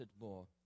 more